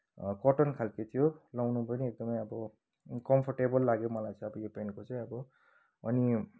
cotton खालको थियो लाउनुमा पनि एकदमै अब कम्फोर्टेबल लाग्यो मलाई चाहिँ यो पेन्टको चाहिँ अब अनि